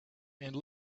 and